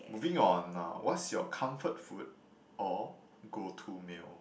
moving on now what's your comfort food or go to meal